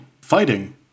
fighting